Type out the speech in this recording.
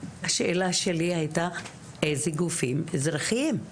השאלה שלי היתה איזה גופים אזרחיים?